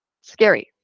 scary